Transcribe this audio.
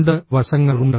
രണ്ട് വശങ്ങളുണ്ട്